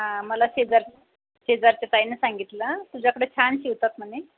हां मला शेजार शेजारच्या ताईनं सांगितलं तुझ्याकडे छान शिवतात म्हणे